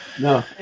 No